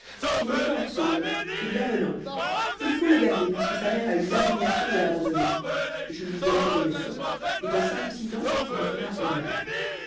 il est fort ce môme et bien venant il faut le garder puisque sa mère a eu l'abomination de l'abandonner je lui donnerai des leçons et dans cinq ou six ans il nous fera honneur